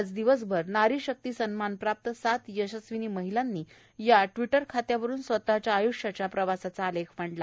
आज दिवसभर नारी शक्ती सन्मानप्राप्त सात यशस्विनी महिलांनी या ट्वि र खात्यावरुन स्वतःच्या आय्ष्याच्या प्रवासाचा आलेख मांडला